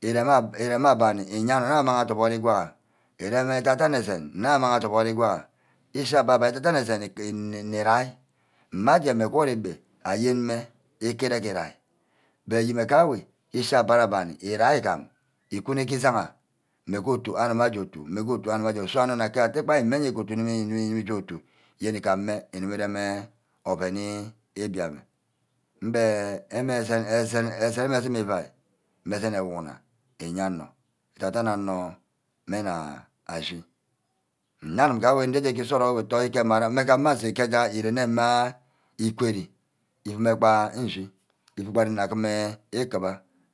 iye abani je onor amang adoboro igwaha, irem adan-den esene nne amang adoboro igwaha, ishi abani abani adan-dani esene nni dai, mme ase mme egwort egbu ayen mme ikere irai but ayime ka-ewe ishi abani-abani irai igam, ikuno ke isanna mme ke otu-areme ke otu so anor ken neye wor ire rem wi-wi-wi irege irem oven ibimi ame mme esene esene esene mme ordum evai, mme esene ewu-wona iyai onor, edun-dan onor mme nna ashi, nne anim nge wey ndiki sorock toy ke mmara mme ke ama nse irene-mma iquere mmeba nshi ago mme gba ren agim ikuba